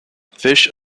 fish